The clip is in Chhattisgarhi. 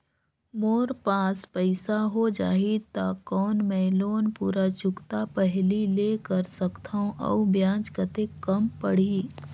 मोर पास पईसा हो जाही त कौन मैं लोन पूरा चुकता पहली ले कर सकथव अउ ब्याज कतेक कम पड़ही?